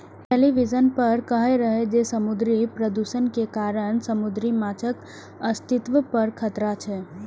television पर कहै रहै जे समुद्री प्रदूषण के कारण समुद्री माछक अस्तित्व पर खतरा छै